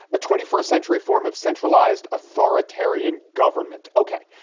a twenty first century form of centralized authoritarian government. ok,